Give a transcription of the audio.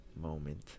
moment